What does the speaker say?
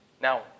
Now